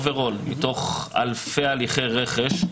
בסך הכול, מתוך אלפי הליכי רכש,